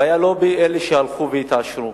הבעיה היא לא אלה שהלכו והתעשרו,